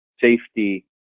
safety